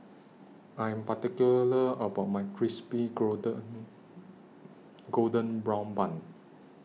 I Am particular about My Crispy Golden Golden Brown Bun